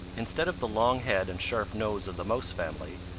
instead of the long head and sharp nose of the mouse family,